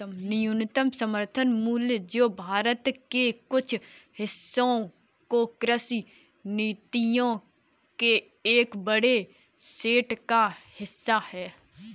न्यूनतम समर्थन मूल्य जो भारत के कुछ हिस्सों में कृषि नीतियों के एक बड़े सेट का हिस्सा है